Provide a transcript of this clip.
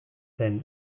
zen